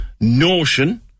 notion